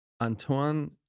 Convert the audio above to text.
Antoine